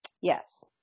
yes